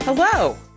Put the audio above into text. Hello